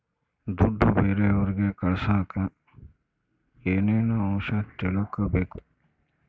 ದುಡ್ಡು ಬೇರೆಯವರಿಗೆ ಕಳಸಾಕ ಏನೇನು ಅಂಶ ತಿಳಕಬೇಕು?